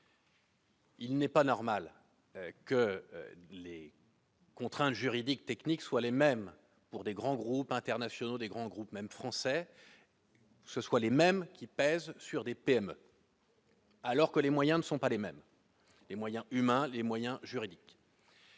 Il n'est pas normal que les. Contraintes juridiques, techniques soient les mêmes pour des grands groupes internationaux des grands groupes, même français, que ce soit les mêmes qui pèsent sur des PME. Alors que les moyens ne sont pas les mêmes et les moyens humains, les moyens juridiques.